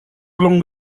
along